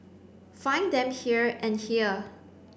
find them here and here